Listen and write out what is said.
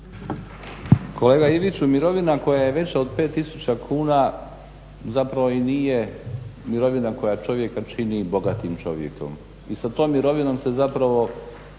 kolega Iviću mirovina koja je veća od 5 tisuća kuna zapravo i nije mirovina koja čovjeka čini bogatim čovjekom. I sa tom mirovinom se ne može